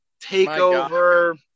TakeOver